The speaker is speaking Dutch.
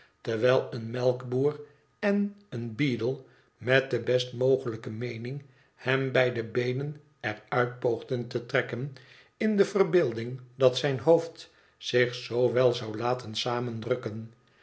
terwijl een melkboer en een b e ad ie met de best mogelijke meening hem bij de beenen er uit poogden te trekken in de verbeelding dat zijn hoofd zich z wel zou laten